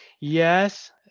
Yes